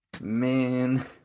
Man